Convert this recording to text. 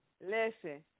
listen